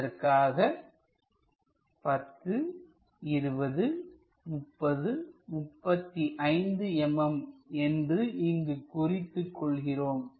அதற்காக 10 20 30 35 mm என்று இங்கு குறித்துக் கொள்கிறோம்